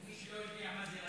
מי שלא יודע מה זה,